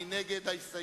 מי נגד?